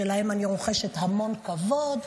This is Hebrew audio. שלהם אני רוחשת המון כבוד,